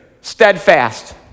steadfast